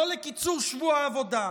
לא לקיצור שבוע העבודה,